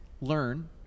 learn